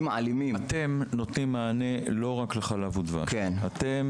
אתם נותנים מענה לא רק לחוות ״חלב ודבש״ ואתם